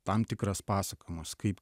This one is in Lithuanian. tam tikras pasakojimas kaip